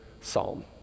psalm